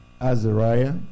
Azariah